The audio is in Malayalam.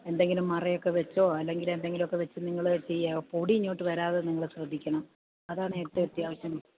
എന്തെങ്കിലും മറയൊക്കെ വെച്ചോ അല്ലെങ്കിൽ എന്തെങ്കിലും ഒക്കെ വെച്ച് നിങ്ങൾ ചെയ്യ് പൊടിയിങ്ങോട്ട് വരാതെ നിങ്ങൾ ശ്രദ്ധിക്കണം അതാണ് ഏറ്റവും അത്യാവശ്യം